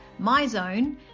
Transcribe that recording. MyZone